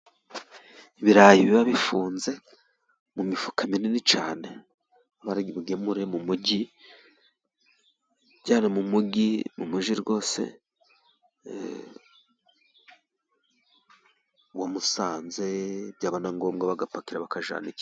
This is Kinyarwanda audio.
Ibirayi biba bifunze mu mifuka minini cyane, bari bubigemure mu mugi, byari mu mugi rwose wa Musanze, byaba na ngombwa bagapakira bakajyana i kigali.